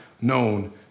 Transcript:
known